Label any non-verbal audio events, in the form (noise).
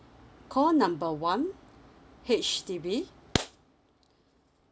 call number one H_D_B (noise)